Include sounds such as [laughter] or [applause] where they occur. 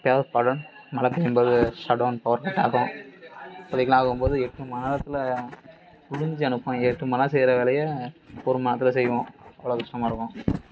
எப்போயாவது சடௌன் மழை பெய்யும் போது சடௌன் பவர் கட் ஆகும் [unintelligible] ஆகும் போது எட்டு மணி நேரத்தில் புழிஞ்சி அனப்புவாய்ங்க எட்டு மணி நேரம் செய்கிற வேலையை ஒரு மணி நேரத்தில் செய்வோம் அவ்வளோ கஷ்டமாக இருக்கும்